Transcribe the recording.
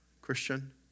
Christian